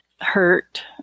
hurt